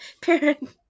parent